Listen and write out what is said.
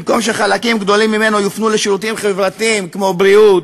במקום שחלקים גדולים ממנו יופנו לשירותים חברתיים כמו בריאות,